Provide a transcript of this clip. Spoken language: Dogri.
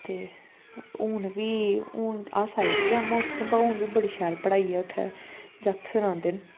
ते हून बी हुन अस आई बैठे दे आं उत्थूं पर हून बी बड़ी शैल पढ़ाई ऐ उत्थै जागत सनांदे न